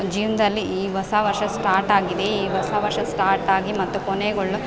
ಜೀವನದಲ್ಲಿ ಈ ಹೊಸ ವರ್ಷ ಸ್ಟಾರ್ಟ್ ಆಗಿದೆ ಈ ಹೊಸ ವರ್ಷ ಸ್ಟಾರ್ಟ್ ಆಗಿ ಮತ್ತು ಕೊನೆಗೊಳ್ಳೊ